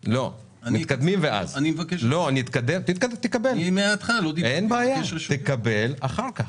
לא, אנחנו נתקדם ותקבל רשות דיבור אחר כך.